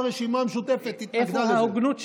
איפה ההוגנות שלך?